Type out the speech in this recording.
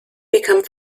become